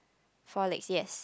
four legs yes